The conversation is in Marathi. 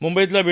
मुंबईतल्या बी